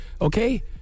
okay